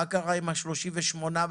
מה קרה עם 38% ?